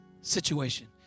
situation